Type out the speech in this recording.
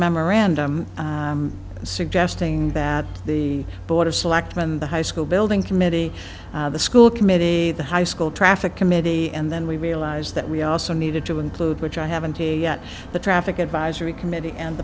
memorandum suggesting that the board of selectmen the high school building committee the school committee the high school traffic committee and then we realized that we also needed to include which i haven't yet the traffic advisory committee and